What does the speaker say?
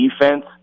defense